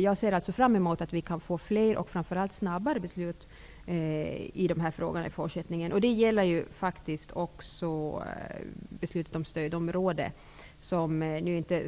Jag ser alltså fram emot att få fler och framför allt snabbare beslut i den här typen av frågor i fortsättningen. Detsamma gäller besluten om stödområdesplacering, som